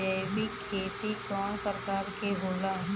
जैविक खेती कव प्रकार के होला?